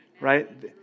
right